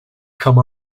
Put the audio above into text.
come